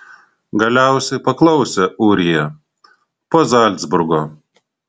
galiausiai paklausė ūrija po zalcburgo